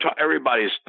everybody's